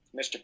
Mr